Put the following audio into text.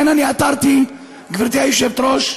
לכן עתרתי, גברתי היושבת-ראש,